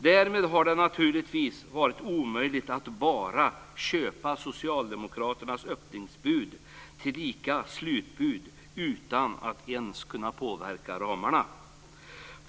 Däremot har det naturligtvis varit omöjligt att bara anta socialdemokraternas öppningsbud tillika slutbud utan att ens kunna påverka ramarna.